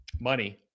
money